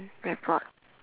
rapport